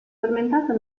tormentato